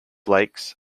lakes